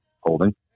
Holding